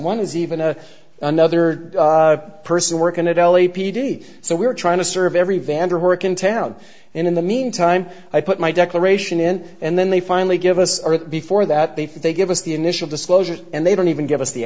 one is even a another person work in a deli p d so we were trying to serve every vandar work in town and in the meantime i put my declaration in and then they finally give us our before that they they give us the initial disclosure and they don't even give us the